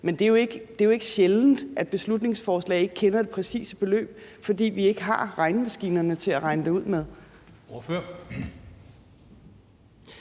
men det er jo ikke sjældent i beslutningsforslag, at man ikke kender det præcise beløb, fordi vi ikke har regnemaskinerne til at regne det ud med.